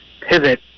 pivot